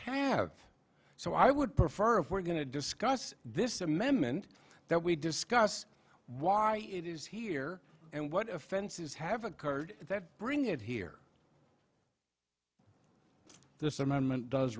have so i would prefer if we're going to discuss this amendment that we discuss why it is here and what offenses have occurred that bring it here this amendment does